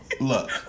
look